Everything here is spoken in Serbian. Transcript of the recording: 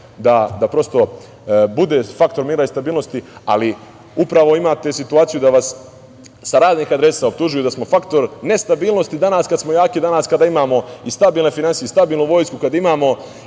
da prosto bude faktor mira i stabilnosti. Ali, upravo imate situaciju da vas sa raznih adresa optužuju da smo faktor nestabilnosti danas kad smo jaki, danas kada imamo i stabilne finansije i stabilnu vojsku, kada imamo